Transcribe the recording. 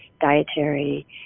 dietary